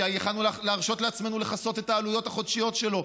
ויכולנו להרשות לעצמנו לכסות את העלויות החודשיות שלו.